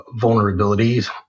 vulnerabilities